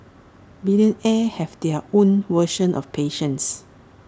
billionaires have their own version of patience